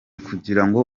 kugirango